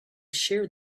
shear